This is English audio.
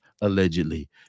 allegedly